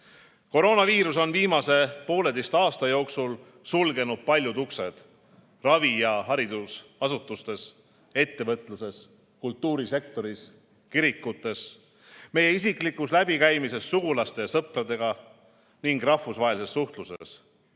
vaja. Koroonaviirus on viimase pooleteise aasta jooksul sulgenud paljud uksed ravi- ja haridusasutustes, ettevõtluses, kultuurisektoris, kirikutes, meie isiklikus läbikäimises sugulaste ja sõpradega ning rahvusvahelises suhtluses.